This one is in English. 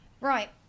Right